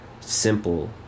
simple